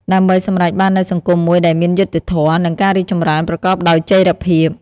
ដើម្បីសម្រេចបាននូវសង្គមមួយដែលមានយុត្តិធម៌ និងការរីកចម្រើនប្រកបដោយចីរភាព។